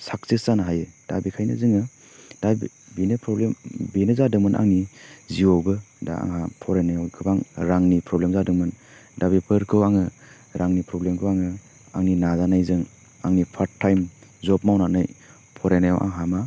success जानो हायो दा बेखायनो जोङो दा बे बेनो प्रबलेम बेनो जादोंमोन आंनि जिउआवबो दा आंहा फरायनायाव गोबां रांनि प्रब्लेम जादोंमोन दा बेफोरखौ आङो रांनि प्रब्लेमखौ आङो आंनि नाजानायजों आंनि पार्ट टाइम जब मावनानै फरायनायाव आंहा मा